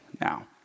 now